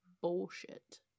bullshit